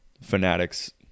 fanatics